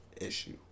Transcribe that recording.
issue